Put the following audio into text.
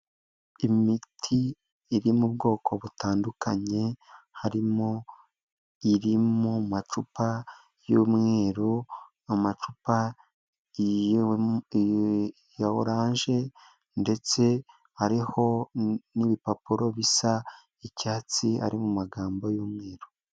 Imiti iri mu bwoko butandukanye harimo iri mu macupa y'umweru, mu macupa ya orange, ndetse hariho n'ibipapuro bisa icyatsi ari mu magambo y'umweru.